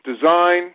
design